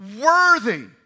worthy